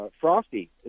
Frosty